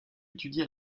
étudié